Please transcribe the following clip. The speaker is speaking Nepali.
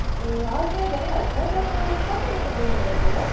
ए हजुर भइहाल्छ तपाईँ कताबाट बोल्नुभएको हो